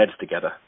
together